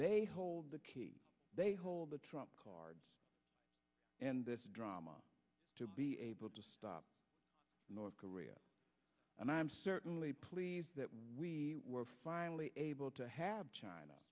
they hold the key they hold the trump cards in this drama to be able to stop north korea and i'm certainly pleased that we were finally able to have china